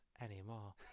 anymore